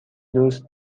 دوست